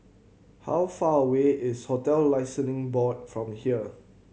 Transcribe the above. how far away is Hotel Licensing Board from here